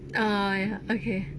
err okay